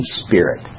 spirit